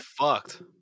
fucked